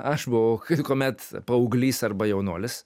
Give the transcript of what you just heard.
aš buvau kuomet paauglys arba jaunuolis